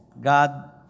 God